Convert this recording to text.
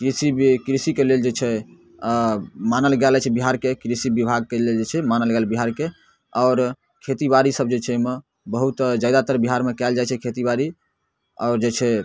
कृषि भी कृषि के लेल जे छै मानल गेल अछि बिहारके कृषि बिभाग के लेल मानल गेल छै बिहारके आओर खेती बाड़ी सब जे छै ओहिमे बहुत जादातर बिहारमे कयल जाइ छै खेती बाड़ी आओर जे छै